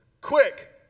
quick